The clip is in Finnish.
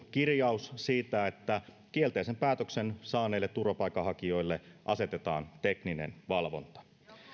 kirjaus siitä että kielteisen päätöksen saaneille turvapaikanhakijoille asetetaan tekninen valvonta